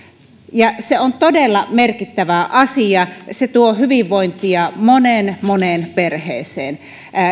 ja se on todella merkittävä asia se tuo hyvinvointia moneen moneen perheeseen